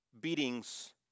beatings